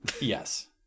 Yes